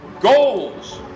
Goals